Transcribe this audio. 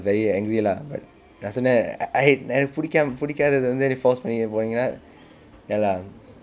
very angry lah but நான் சொன்னேன்:naan sonaen I hate எனக்கு பிடிக்காம பிடிக்காததை வந்து நீ:enakku pidikkam pidikaathathai vanthu ni force பண்ணி போனீங்கன்னா:panni poningannaa ya lah